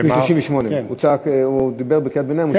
הוא דיבר בקריאת ביניים.